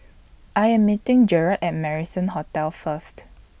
I Am meeting Gerard At Marrison Hotel First